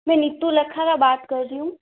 मैं नीतू लखारा बात कर रही हूँ